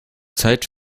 zeit